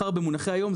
ובמונחים של היום,